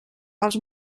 els